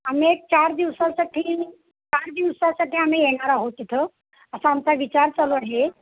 आम्ही एक चार दिवसासाठी चार दिवसासाठी आम्ही येणार आहोत तिथं असा आमचा विचार चालू आहे